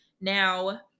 Now